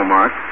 Mark